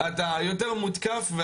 אתה יותר מותקף,